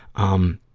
um,